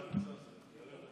אז יעלה ויבוא חבר הכנסת ישראל כץ.